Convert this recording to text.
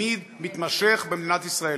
מתמיד ומתמשך במדינת ישראל,